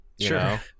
Sure